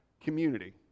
community